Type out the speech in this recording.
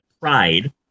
Pride